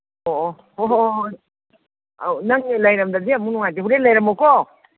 ꯑꯣ ꯑꯣ ꯍꯣꯏ ꯍꯣꯏ ꯍꯣꯏ ꯑꯧ ꯅꯪ ꯂꯩꯔꯝꯗ꯭ꯔꯗꯤ ꯑꯃꯨꯛ ꯅꯨꯡꯉꯥꯏꯇꯦ ꯍꯣꯔꯦꯟ ꯂꯩꯔꯝꯃꯨꯀꯣ